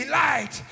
light